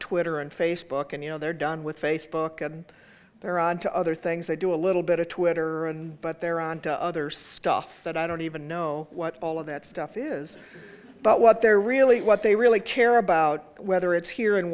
twitter and facebook and you know they're done with facebook and they're on to other things they do a little bit of twitter but they're on to other stuff that i don't even know what all of that stuff is but what they're really what they really care about whether it's here in